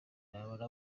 nabona